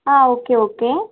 ah okay okay